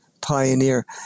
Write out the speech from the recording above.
pioneer